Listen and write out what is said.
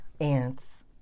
Ants